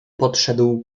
podszedł